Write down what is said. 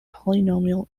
polynomial